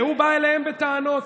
והוא בא אליהם בטענות.